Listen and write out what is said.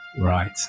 Right